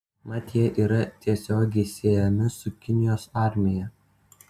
mat jie yra tiesiogiai siejami su kinijos armija